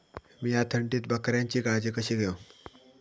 मीया थंडीत बकऱ्यांची काळजी कशी घेव?